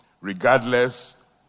regardless